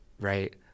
Right